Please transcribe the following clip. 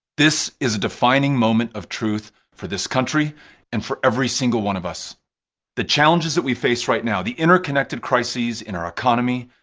this is a defining moment of truth for this country and for every single one of us the challenges that we face right now, the interconnected crises in our economy,